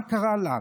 מה קרה לנו?